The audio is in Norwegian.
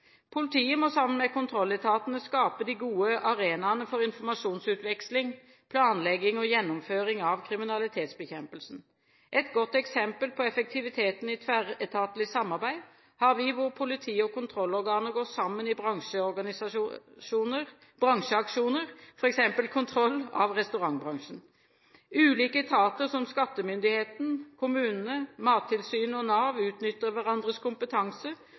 Politiet må sammen med kontrolletatene skape de gode arenaene for informasjonsutveksling, planlegging og gjennomføring av kriminalitetsbekjempelsen. Et godt eksempel på effektiviteten i tverretatlig samarbeid har vi hvor politi og kontrollorganer går sammen i bransjeaksjoner, f.eks. kontroll av restaurantbransjen. Ulike etater som skattemyndigheten, kommunene, Mattilsynet og Nav utnytter hverandres kompetanse